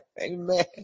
Amen